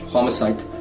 Homicide